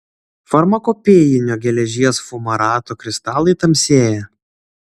farmakopėjinio geležies fumarato kristalai tamsėja